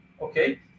okay